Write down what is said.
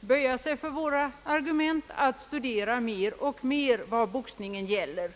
böja sig för våra argument, att mer och mer studera vad boxningen innebär.